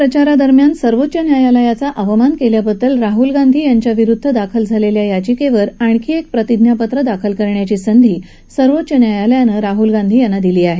प्रचारादरम्यान सर्वोच्च न्यायालयाचा अवमान केल्याबद्दल राहुल गांधी यांच्या विरुद्ध दाखल झालेल्या याचिकेवर आणखी एक प्रतिज्ञापत्र दाखल करण्याची संधी सर्वोच्च न्यायालयानं गांधी यांना दिली आहे